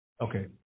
Okay